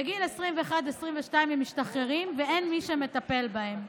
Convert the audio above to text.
בגיל 21, 22 הם משתחררים ואין מי שמטפל בהם.